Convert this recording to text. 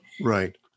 Right